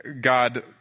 God